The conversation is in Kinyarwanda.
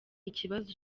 ikibazo